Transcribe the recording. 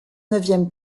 neuvième